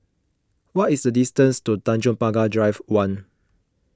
what is the distance to Tanjong Pagar Drive one